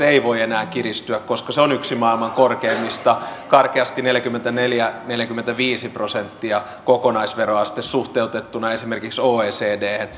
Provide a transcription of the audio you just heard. ei voi enää kiristyä koska se on yksi maailman korkeimmista karkeasti neljäkymmentäneljä viiva neljäkymmentäviisi prosenttia kokonaisveroaste suhteutettuna esimerkiksi oecdhen